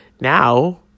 now